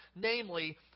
namely